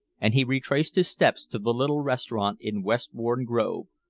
and he retraced his steps to the little restaurant in westbourne grove,